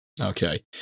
Okay